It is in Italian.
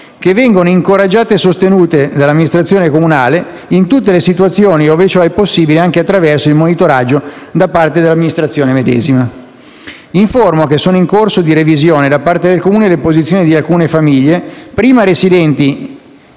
che vengono incoraggiate e sostenute dall'amministrazione comunale in tutte le situazioni ove ciò è possibile, anche attraverso il monitoraggio da parte dell'amministrazione medesima. Informo che sono in corso di revisione, da parte del Comune, le posizioni di alcune famiglie prima residenti